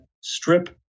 strip